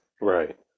Right